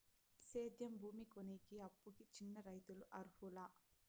సేద్యం భూమి కొనేకి, అప్పుకి చిన్న రైతులు అర్హులా?